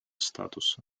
статуса